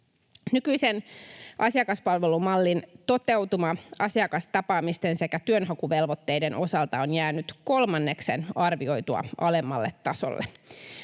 Nykyisen asiakaspalvelumallin toteutuma asiakastapaamisten sekä työnhakuvelvoitteiden osalta on jäänyt kolmanneksen arvioitua alemmalle tasolle.